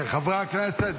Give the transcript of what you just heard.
חברי הכנסת,